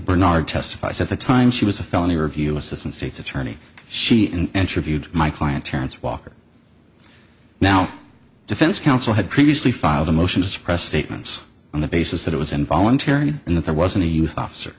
bernard testifies at the time she was a felony review assistant state's attorney she and she viewed my client terence walker now defense counsel had previously filed a motion to suppress statements on the basis that it was involuntary and that there wasn't a youth officer